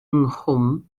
nghwm